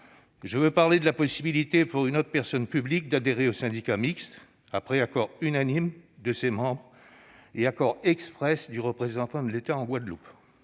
Je veux parler de la possibilité pour une autre personne publique d'adhérer au syndicat mixte, après accord unanime de ses membres et accord exprès du représentant de l'État en Guadeloupe.